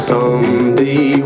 Someday